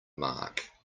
mark